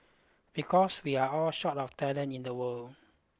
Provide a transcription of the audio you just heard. because we are all short of talent in the world